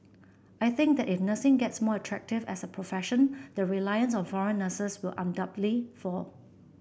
I think that if nursing gets more attractive as a profession the reliance on foreign nurses will undoubtedly fall